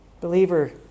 Believer